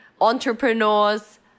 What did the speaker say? entrepreneurs